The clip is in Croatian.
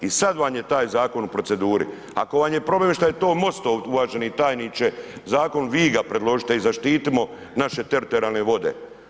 I sada vam je taj zakon u proceduri, ako vam je problem što je to MOST-ov uvaženi tajniče zakon, vi ga predložite i zaštitimo naše teritorijalne vode.